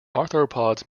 arthropods